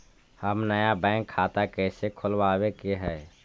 हम नया बैंक खाता कैसे खोलबाबे के है?